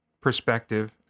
perspective